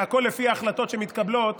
והכול לפי החלטות שמתקבלות